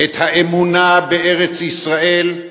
את האמונה בארץ-ישראל,